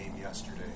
yesterday